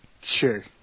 Sure